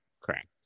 Correct